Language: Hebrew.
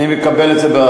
אני מקבל את זה באהבה,